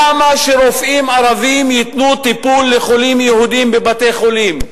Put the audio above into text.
למה שרופאים ערבים ייתנו טיפול לחולים יהודים בבתי-חולים?